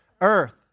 earth